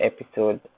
episode